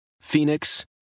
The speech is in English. Phoenix